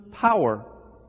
power